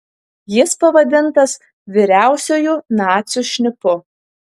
jis pavadintas vyriausiuoju nacių šnipu